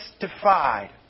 justified